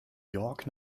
york